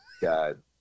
God